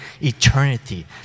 eternity